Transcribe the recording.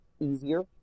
easier